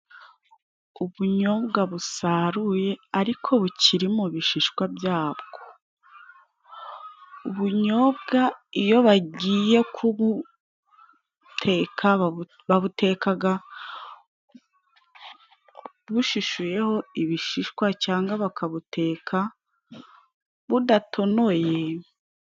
Ubunyobwa busaruye ariko bukiri mu ibishishwa bya bwo. Ubunyobwa iyo bagiye kubuteka babutekaga bushishuyeho ibishishwa cyangwa bakabuteka budatonoye.